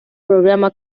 programa